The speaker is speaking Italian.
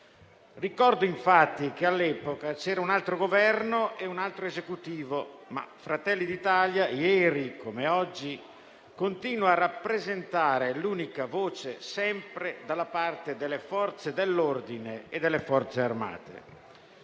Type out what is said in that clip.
Ricordo infatti che all'epoca c'era un altro Governo, ma Fratelli d'Italia, ieri come oggi, continua a rappresentare l'unica voce sempre dalla parte delle Forze dell'ordine e delle Forze armate.